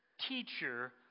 teacher